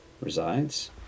resides